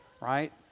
Right